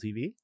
TV